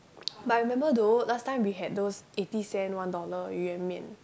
but remember though last time we had those eighty cent one dollar yuan-mian